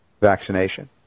vaccination